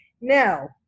Now